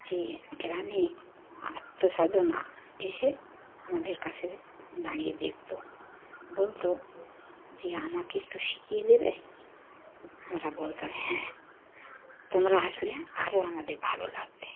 যে গ্রামে আত্মস্বজন এসে আমাদের কাছে দাঁড়িয়ে দেখতো বলতো যে আমাকে একটু শিখিয়ে দেবে আমরা বলতাম হ্যাঁ তোমরা আসলে আরও আমাদের ভালো লাগবে